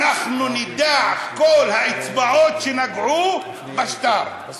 אנחנו נדע מה כל האצבעות שנגעו בשטר.